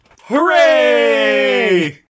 Hooray